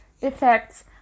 effects